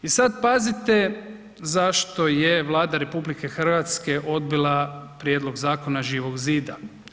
I sad, pazite zašto je Vlada RH odbila prijedlog zakona Živog zida.